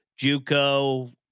Juco